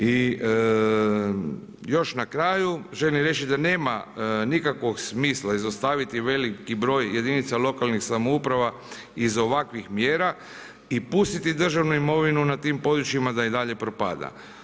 I još na kraju, želim reći da nema nikakvog smisla izostaviti veliki broj jedinica lokalnih samouprava iz ovakvih mjera i pustiti državnu imovinu na tim područjima da i dalje propada.